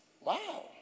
Wow